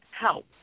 help